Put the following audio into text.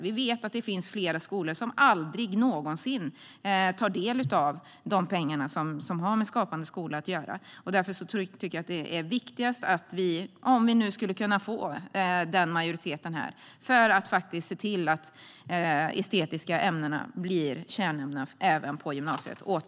Vi vet att det finns flera skolor som aldrig tar del av de pengar som har med Skapande skola att göra. Därför är det viktigt att vi, om vi kan få en majoritet för det, ser till att de estetiska ämnena återigen blir kärnämnen, även på gymnasiet.